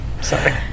sorry